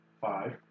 five